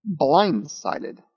blindsided